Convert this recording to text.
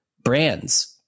brands